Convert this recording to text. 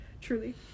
Truly